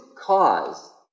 cause